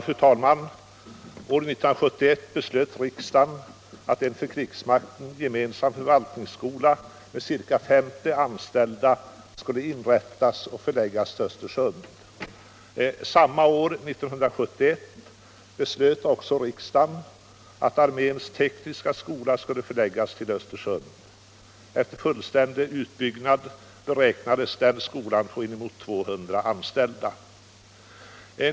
Fru talman! År 1971 beslöt riksdagen att en för krigsmakten gemensam förvaltningsskola med ca 50 anställda skulle inrättas och förläggas till Östersund. Samma år, 1971, beslöt riksdagen också att arméns tekniska skola skulle förläggas till Östersund. Efter fullständig utbyggnad beräknades den skolan få inemot 200 anställda.